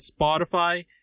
Spotify